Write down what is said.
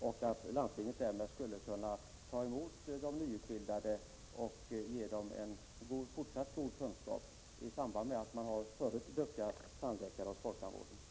Därmed skulle landstingen kunna ta emot de nyutbildade tandläkarna och ge dem en fortsatt god utbildning hos de duktiga tandläkarna i folktandvården.